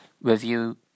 review